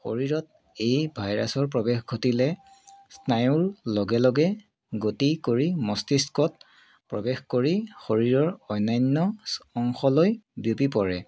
শৰীৰত এই ভাইৰাছৰ প্ৰৱেশ ঘটিলে স্নায়ুৰ লগে লগে গতি কৰি মস্তিষ্কত প্ৰৱেশ কৰি শৰীৰৰ অন্যান্য অংশলৈ বিয়পি পৰে